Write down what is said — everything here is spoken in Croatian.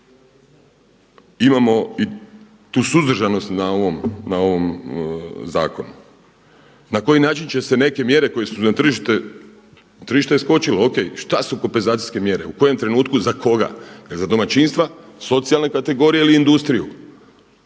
imamo i tu suzdržanost na ovom zakonu. Na koji način će se neke mjere koje su za tržište, tržište je skočilo o.k., šta su kompenzacijske mjere u kojem trenutku za koga, jel za domaćinstva, socijalne kategorije ili industriju.